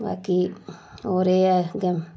बाकी होर एह् ऐ अग्गें